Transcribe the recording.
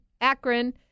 Akron